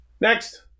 Next